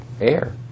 air